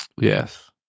Yes